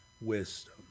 wisdom